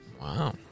wow